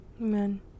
Amen